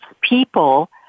people